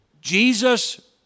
Jesus